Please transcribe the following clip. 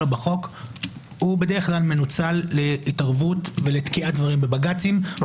או בחוק הוא בדרך כלל מנוצל להתערבות ולתקיעת דברים בבג"צים,